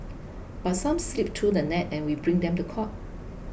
but some slip through the net and we bring them to court